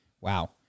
Wow